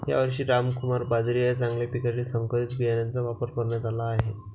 यावर्षी रामकुमार बाजरीच्या चांगल्या पिकासाठी संकरित बियाणांचा वापर करण्यात आला आहे